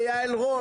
ליעל רון,